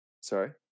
Sorry